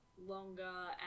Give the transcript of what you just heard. longer